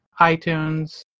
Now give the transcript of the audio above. iTunes